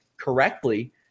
correctly